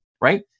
right